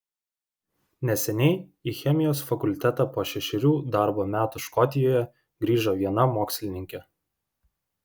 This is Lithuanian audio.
neseniai į chemijos fakultetą po šešerių darbo metų škotijoje grįžo viena mokslininkė